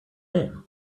name